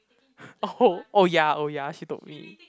oh oh ya oh ya she told me